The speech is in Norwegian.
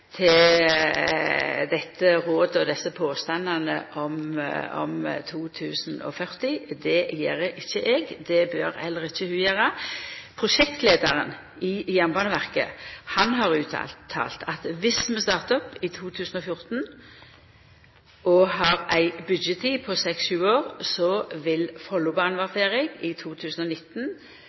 desse påstandane om 2040. Det gjer ikkje eg, og det bør heller ikkje ho gjera. Prosjektleiaren i Jernbaneverket har uttalt at dersom vi startar opp i 2014 og har ei byggjetid på seks–sju år, vil Follobanen vera ferdig i 2019